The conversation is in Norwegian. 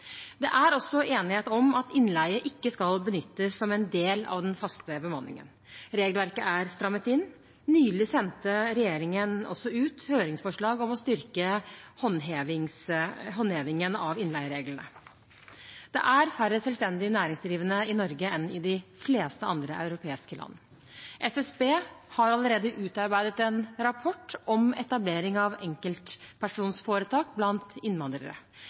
Det er også enighet om at innleie ikke skal benyttes som en del av den faste bemanningen. Regelverket er strammet inn. Nylig sendte regjeringen også ut høringsforslag om å styrke håndhevingen av innleiereglene. Det er færre selvstendig næringsdrivende i Norge enn i de fleste andre europeiske land. Statistisk sentralbyrå har allerede utarbeidet en rapport om etablering av enkeltpersonforetak blant innvandrere.